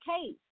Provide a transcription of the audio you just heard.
case